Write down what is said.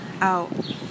Out